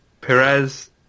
Perez